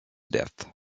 death